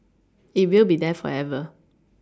it will be there forever